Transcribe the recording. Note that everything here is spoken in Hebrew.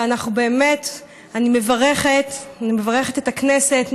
ואני באמת מברכת את הכנסת,